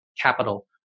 capital